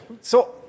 So-